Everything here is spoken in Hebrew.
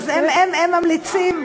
אז הם ממליצים,